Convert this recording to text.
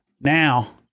Now